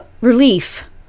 relief